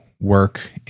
work